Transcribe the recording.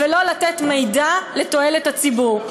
ולא כדי לתת מידע לתועלת הציבור.